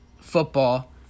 football